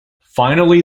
finally